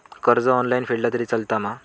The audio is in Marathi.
कर्ज ऑनलाइन फेडला तरी चलता मा?